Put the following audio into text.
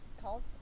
calls